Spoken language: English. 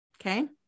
Okay